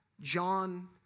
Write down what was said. John